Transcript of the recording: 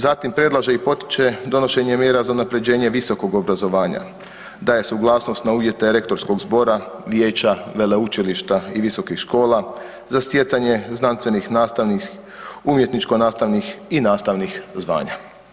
Zatim predlaže i potiče donošenje mjera za unapređenje visokog obrazovanja, daje suglasnost na uvjete rektorskog zbora, vijeća veleučilišta i visokih škola, za stjecanje znanstvenih nastavnih, umjetničko nastavnih i nastavnih zvanja.